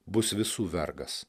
bus visų vergas